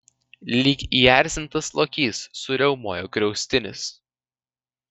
lyg įerzintas lokys suriaumojo griaustinis